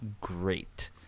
great